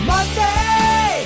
Monday